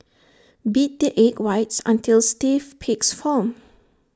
beat the egg whites until stiff peaks form